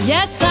Yes